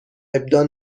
ابداع